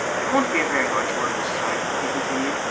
it won't be a very large order this time, he continued.